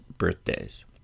birthdays